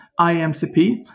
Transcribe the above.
IMCP